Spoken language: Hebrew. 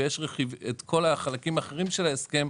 ויש את כל החלקים האחרים של ההסכמים.